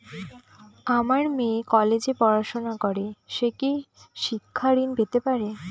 আমার মেয়ে কলেজে পড়াশোনা করে সে কি শিক্ষা ঋণ পেতে পারে?